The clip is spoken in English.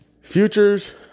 Futures